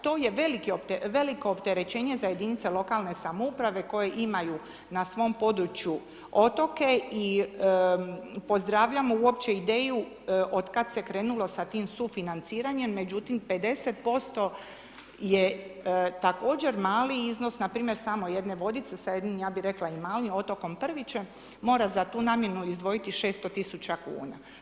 To je veliko opterećenje za jedinice lokalne samouprave koje imaju na svom području otoke i pozdravljamo uopće ideju otkad se krenulo sa tim sufinanciranjem, međutim 50% je također mali iznos npr. samo jedne Vodice sa jedinim ja bi rekla, i mali otokom Prvićem, mora za tu namjenu izdvojiti 600 000 kuna.